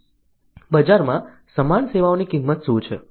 બજારમાં સમાન સેવાઓની કિંમત શું છે